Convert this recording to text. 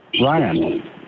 Ryan